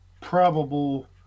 probable